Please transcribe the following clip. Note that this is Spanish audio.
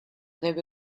debe